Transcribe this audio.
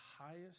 highest